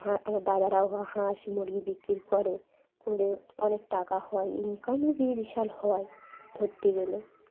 হাঁ আমার দাদারাও হাঁস মুরগি বিক্রি করে করে অনেক টাকা হয় ইনকামও বি বিশাল হয় ধরতে গেলে